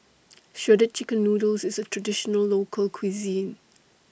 Shredded Chicken Noodles IS A Traditional Local Cuisine